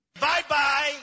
Bye-bye